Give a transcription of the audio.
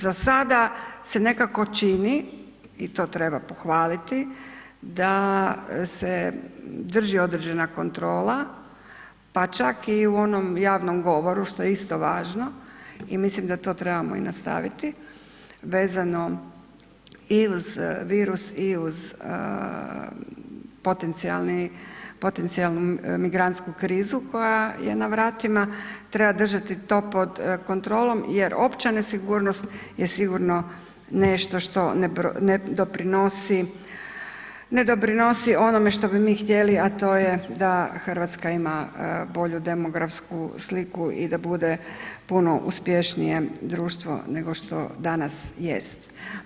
Za sada se nekako čini i to treba pohvaliti da se drži određena kontrola, pa čak i u onom javnom govoru, što je isto važno i mislim da to trebamo i nastaviti vezano i uz virus i uz potencijalni, potencijalnu migrantsku krizu koja je na vratima, treba držati to pod kontrolom jer opća nesigurnost je sigurno nešto što ne doprinosi, ne doprinosi onome što bi mi htjeli, a to je da RH ima bolju demografsku sliku i da bude puno uspješnije društvo nego što danas jest.